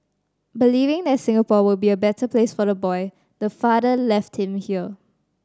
believing that Singapore would be a better place for the boy the father left him here